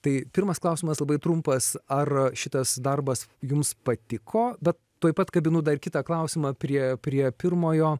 tai pirmas klausimas labai trumpas ar šitas darbas jums patiko bet tuoj pat kabinu dar kitą klausimą prie prie pirmojo